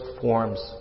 forms